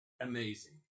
amazing